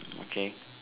okay